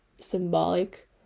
symbolic